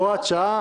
הוראת שעה,